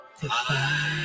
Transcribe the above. Goodbye